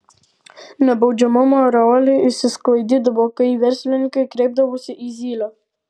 nebaudžiamumo aureolė išsisklaidydavo kai verslininkai kreipdavosi į zylę